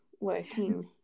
working